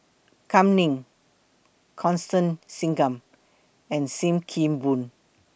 Kam Ning Constance Singam and SIM Kee Boon